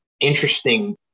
interesting